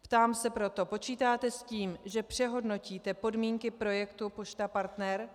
Ptám se proto, počítáte s tím, že přehodnotíte podmínky projektu Pošta Partner?